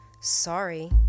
Sorry